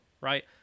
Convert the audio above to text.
right